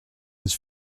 his